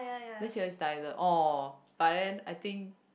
this orh but then I think